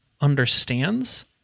understands